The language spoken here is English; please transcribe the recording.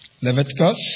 Leviticus